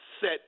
set